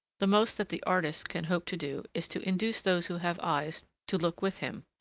the most that the artist can hope to do is to induce those who have eyes to look with him.